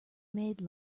made